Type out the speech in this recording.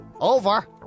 Over